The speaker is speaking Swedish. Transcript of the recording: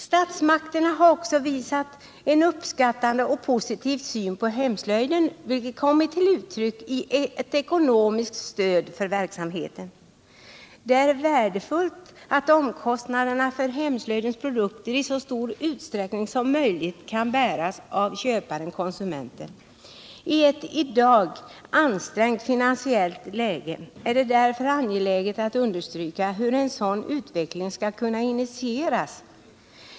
Statsmakterna har också en uppskattande och positiv syn på hemslöjden, vilket kommit till uttryck i ekonomiskt stöd för verksamheten. Det är värdefullt att omkostnaderna för hemslöjdens produkter i så stor utsträckning som möjligt kan bäras av köparen-konsumenten. I dagens ansträngda statsfinansiella läge är det därför angeläget att understryka hur en sådan utveckling skall kunna initieras.